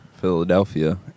Philadelphia